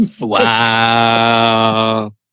Wow